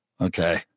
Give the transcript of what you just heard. Okay